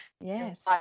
yes